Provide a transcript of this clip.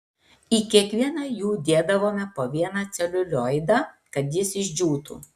į kiekvieną jų dėdavome po vieną celiulioidą kad jis išdžiūtų